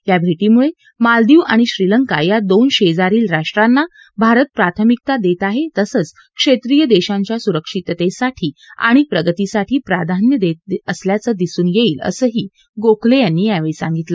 या भेटींमुळे मालदीव आणि श्रीलंका या दोन शेजारील राष्ट्रांना भारत प्राथमिकता देत आहे तसंच क्षेत्रीय देशांच्या सुरक्षिततेसाठी आणि प्रगतीसाठी प्राधान्य देत असल्याचं दिसून येईल असंही गोखले यांनी यावेळी सांगितलं